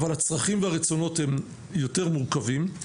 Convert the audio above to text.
אבל הצרכים והרצונות הם יותר מורכבים.